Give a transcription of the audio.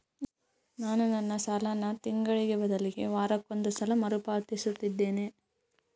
ನಾನು ನನ್ನ ಸಾಲನ ತಿಂಗಳಿಗೆ ಬದಲಿಗೆ ವಾರಕ್ಕೊಂದು ಸಲ ಮರುಪಾವತಿಸುತ್ತಿದ್ದೇನೆ